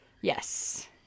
Yes